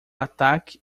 ataque